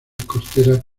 costera